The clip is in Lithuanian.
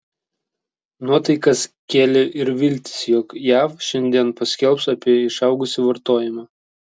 nuotaikas kėlė ir viltys jog jav šiandien paskelbs apie išaugusį vartojimą